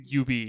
UB